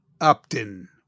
Upton